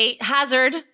Hazard